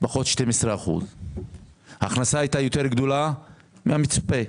פחות וההכנסה הייתה גדולה מהמצופה.